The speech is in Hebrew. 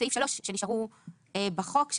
סעיף שנשארו בחוק.